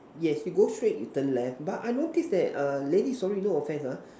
yes you go straight you turn left but I notice that err lady sorry no offence ah